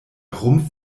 rumpf